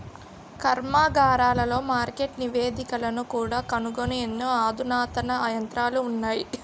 కర్మాగారాలలో మార్కెట్ నివేదికలను కూడా కనుగొనే ఎన్నో అధునాతన యంత్రాలు ఉన్నాయి